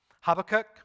Habakkuk